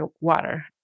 water